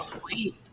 sweet